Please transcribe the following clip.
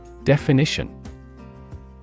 Definition